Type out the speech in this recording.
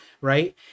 right